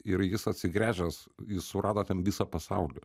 ir jis atsigręžęs jis surado ten visą pasaulį